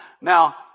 Now